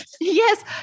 Yes